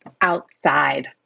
outside